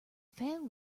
fan